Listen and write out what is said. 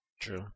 True